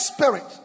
Spirit